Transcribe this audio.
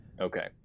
Okay